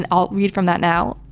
and i'll read from that now.